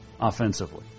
offensively